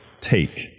take